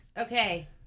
Okay